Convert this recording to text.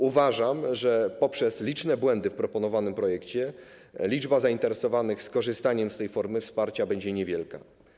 Uważam, że z powodu licznych błędów w proponowanym projekcie liczba zainteresowanych skorzystaniem z tej formy wsparcia będzie niewielka.